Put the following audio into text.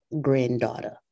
granddaughter